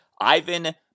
Ivan